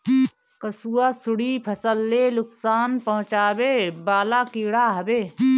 कंसुआ, सुंडी फसल ले नुकसान पहुचावे वाला कीड़ा हवे